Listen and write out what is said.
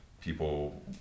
people